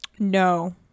No